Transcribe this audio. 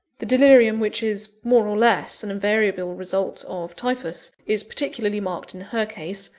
the delirium which is, more or less, an invariable result of typhus, is particularly marked in her case,